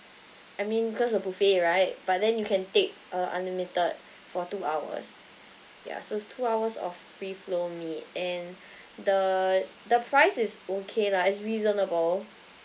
I mean because a buffet right but then you can take uh unlimited for two hours yeah so it's two hours of free flow meat and the the price is okay lah it's reasonable